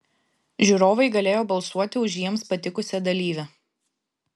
žiūrovai galėjo balsuoti už jiems patikusią dalyvę